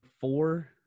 four